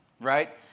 right